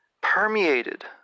permeated